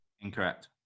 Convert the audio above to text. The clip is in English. Incorrect